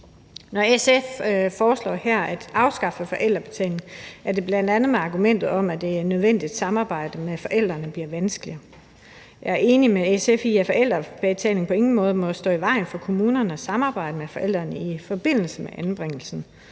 Når SF her foreslår at afskaffe forældrebetalingen, er det bl.a. med argumentet om, at det nødvendige samarbejde med forældrene bliver vanskeligere. Jeg er enig med SF i, at forældrebetalingen på ingen måde må stå i vejen for kommunernes samarbejde med forældrene i forbindelse med anbringelsen.